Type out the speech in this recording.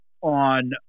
on